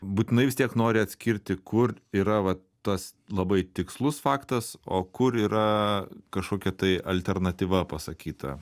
būtinai vis tiek nori atskirti kur yra vat tas labai tikslus faktas o kur yra kažkokia tai alternatyva pasakyta